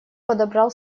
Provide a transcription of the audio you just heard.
подобрал